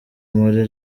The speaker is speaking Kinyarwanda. mpore